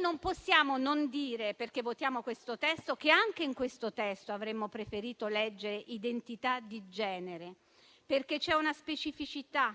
Non possiamo non dire, perché lo votiamo, che anche in questo testo avremmo preferito leggere "identità di genere", perché c'è una specificità